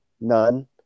None